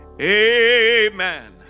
Amen